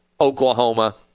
Oklahoma